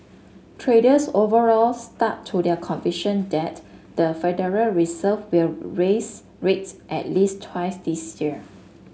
traders overall stuck to their conviction that the Federal Reserve will raise rates at least twice this year